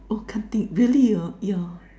hor can't take really yeah yeah